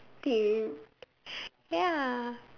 do you ya